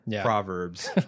proverbs